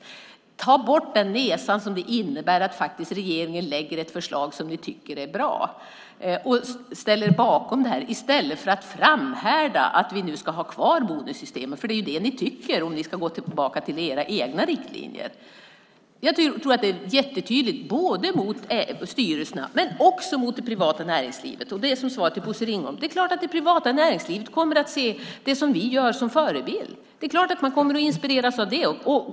Bortse från den nesa det innebär att regeringen lägger ett förslag som ni faktiskt tycker är bra och ställ er bakom detta i stället för att framhärda att vi ska ha kvar bonussystemet! Det är ju det ni tycker om ni ska gå tillbaka till era egna riktlinjer. Det är tydligt mot styrelserna men också mot det privata näringslivet. Som svar till Bosse Ringholm säger jag att det är klart att det privata näringslivet kommer att se det vi gör som en förebild. Det är klart att man kommer att inspireras av det.